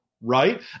right